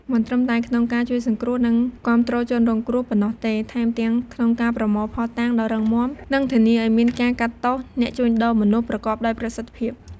មិនត្រឹមតែក្នុងការជួយសង្គ្រោះ និងគាំទ្រជនរងគ្រោះប៉ុណ្ណោះទេ ថែមទាំងក្នុងការប្រមូលភស្តុតាងដ៏រឹងមាំ និងធានាឲ្យមានការកាត់ទោសអ្នកជួញដូរមនុស្សប្រកបដោយប្រសិទ្ធភាព។